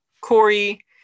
Corey